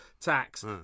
tax